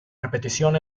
repetición